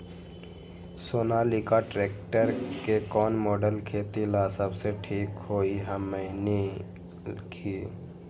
Sonalika tractor के कौन model खेती ला सबसे ठीक होई हमने की?